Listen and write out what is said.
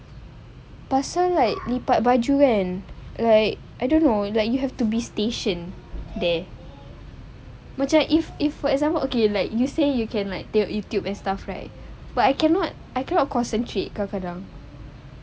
pasal right lipat baju kan like I don't know like you have to be station there macam if if for example okay like you say you can tengok youtube and stuff right but I cannot I cannot concentrate kadang-kadang